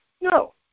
No